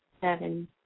seven